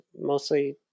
mostly